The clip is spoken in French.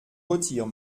retire